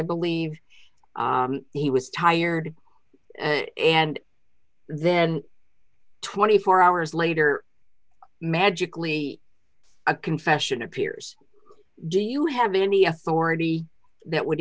believe he was tired and then twenty four hours later magically a confession appears do you have any authority that would